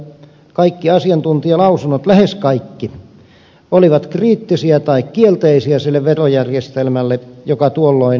lähes kaikki asiantuntijalausunnot olivat kriittisiä tai kielteisiä sitä verojärjestelmää kohtaan joka tuolloin tehtiin